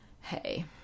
hey